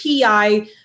PI